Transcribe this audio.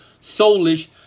soulish